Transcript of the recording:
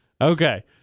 Okay